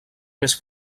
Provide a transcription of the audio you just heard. més